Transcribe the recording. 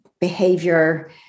behavior